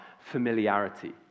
familiarity